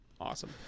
awesome